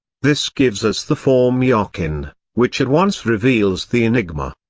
this gives us the form yachin, which at once reveals the enigma.